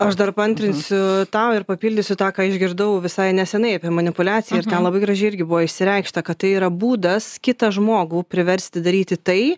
aš dar paantrinsiu tau ir papildysiu tą ką išgirdau visai nesenai apie manipuliaciją ir ten nelabai gražiai irgi buvo išsireikšta kad tai yra būdas kitą žmogų priversti daryti tai